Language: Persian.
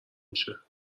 میشه